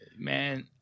Man